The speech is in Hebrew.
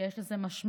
שיש לזה משמעות,